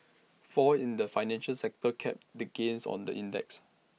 falls in the financial sector capped the gains on the index